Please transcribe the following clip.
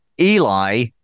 Eli